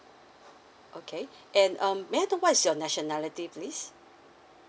okay and um may I know what's your nationality please